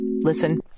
Listen